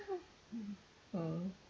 mm